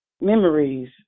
memories